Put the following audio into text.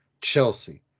Chelsea